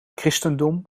christendom